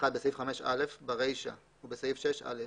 בסעיף 5(א), ברישה, ובסעיף 6(א),